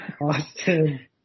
Austin